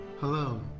Hello